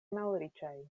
malriĉaj